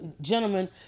gentlemen